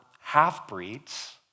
half-breeds